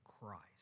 Christ